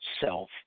self